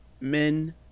men